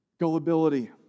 gullibility